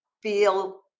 feel